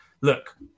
Look